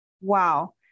Wow